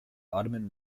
ottoman